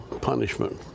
punishment